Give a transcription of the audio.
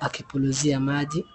akipulizia maji.